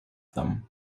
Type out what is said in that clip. them